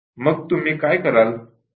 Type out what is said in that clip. तर मग तुम्ही काय कराल